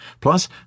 Plus